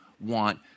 want